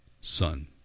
son